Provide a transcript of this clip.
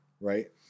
right